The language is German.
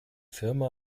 firma